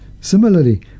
Similarly